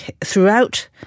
throughout